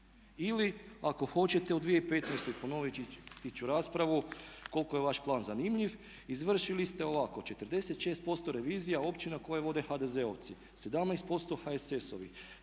Ili ako hoćete u 2015. ponoviti ću raspravu koliko je vaš plan zanimljiv, izvršili ste ovako 46% revizija općina koje vode HDZ-ovci, 17% HSS-ovi,